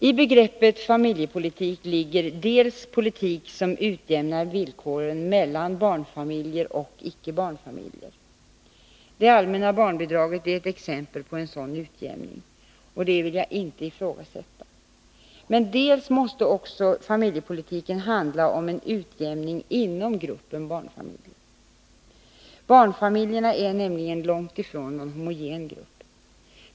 I begreppet familjepolitik ligger bl.a. politik som utjämnar villkoren mellan barnfamiljer och icke barnfamiljer. Det allmänna barnbidraget är ett exempel på en sådan utjämning, och det vill jag inte ifrågasätta. Men familjepolitiken måste också handla om en utjämning inom gruppen barnfamiljer. Barnfamiljerna är nämligen långt ifrån någon homogen grupp.